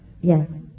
Yes